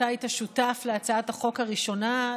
אתה היית שותף להצעת החוק הראשונה,